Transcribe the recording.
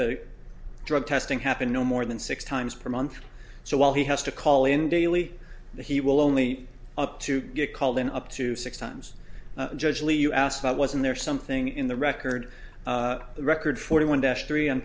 the drug testing happen no more than six times per month so while he has to call in daily he will only up to get called in up to six times judge lee you ask why wasn't there something in the record the record forty one dash three on